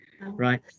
right